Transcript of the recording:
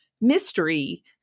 mystery